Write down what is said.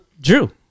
Drew